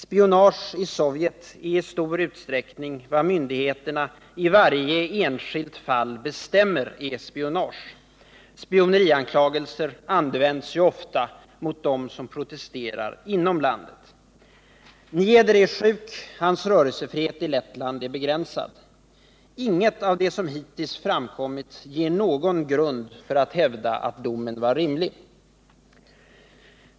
Spionage i Sovjet är i stor utsträckning vad myndigheterna i varje enskilt fall bestämmer är spionage — spionerianklagelser används ju ofta mot dem som protesterar inom landet. Niedre är sjuk. Hans rörelsefrihet i Lettland var begränsad. Ingenting av det som hittills framkommit ger någon grund för att hävda att domen var rimlig.